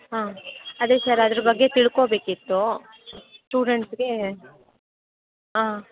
ಹಾಂ ಅದೇ ಸರ್ ಅದ್ರ ಬಗ್ಗೆ ತಿಳ್ಕೊಬೇಕಿತ್ತು ಸ್ಟೂಡೆಂಟ್ಸ್ಗೆ ಆಂ